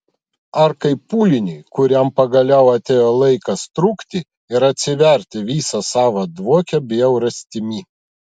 ar kaip pūliniui kuriam pagaliau atėjo laikas trūkti ir atsiverti visa savo dvokia bjaurastimi